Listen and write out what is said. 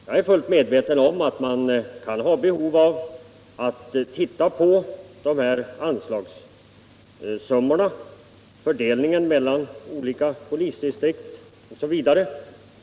Jag är fullt medveten om att man kan ha behov av att titta på de här anslagssummorna — fördelningen mellan olika polisdistrikt osv.